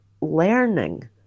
learning